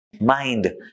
mind